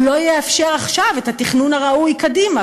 הוא לא יאפשר עכשיו את התכנון הראוי קדימה,